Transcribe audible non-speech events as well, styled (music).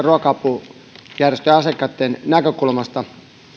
(unintelligible) ruoka apujärjestöjen asiakkaitten näkökulmasta